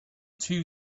two